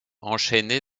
enchaîné